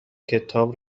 کتاب